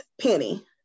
Penny